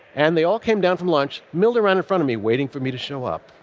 and they all came down from lunch milled around in front of me waiting for me to show up.